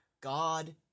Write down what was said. God